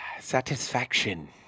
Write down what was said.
Satisfaction